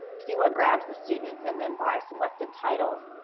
see what grabs the students, and then buy selected titles.